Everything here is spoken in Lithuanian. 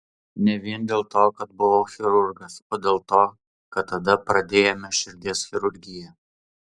ne vien dėl to kad buvau chirurgas o dėl to kad tada pradėjome širdies chirurgiją